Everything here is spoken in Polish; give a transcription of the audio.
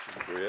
Dziękuję.